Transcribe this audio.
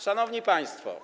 Szanowni Państwo!